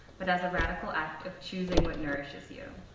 but as a radical act of choosing what nourishes you.